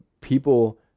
people